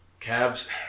Cavs